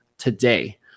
Today